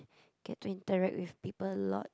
get to interact with people a lot